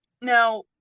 now